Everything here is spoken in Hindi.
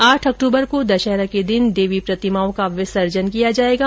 आठ अक्टूबर को दशहरा के दिन देवी प्रतिमाओं का विसर्जन किया जायेगा